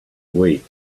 week